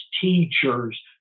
teachers